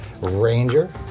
Ranger